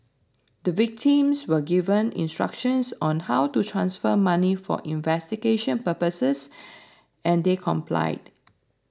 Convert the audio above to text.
the victims were given instructions on how to transfer money for investigation purposes and they complied